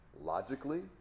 logically